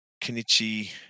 Kenichi